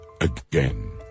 again